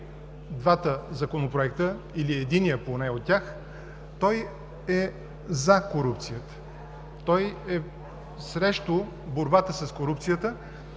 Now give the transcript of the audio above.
двата законопроекта или поне единия от тях, той е „за“ корупцията, той е срещу борбата с корупцията,